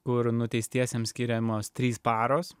kur nuteistiesiems skiriamos trys paros